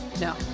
No